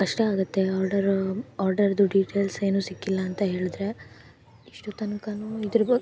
ಕಷ್ಟ ಆಗುತ್ತೆ ಆರ್ಡರು ಆರ್ಡರ್ದು ಡೀಟೇಲ್ಸ್ ಏನೂ ಸಿಕ್ಕಿಲ್ಲ ಅಂತ ಹೇಳಿದ್ರೆ ಇಷ್ಟೊತ್ತು ತನ್ಕವೂ ಇದ್ರ ಬಗ್ಗೆ